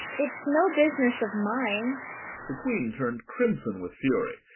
it's no business of mine the queen turned crimson with fury,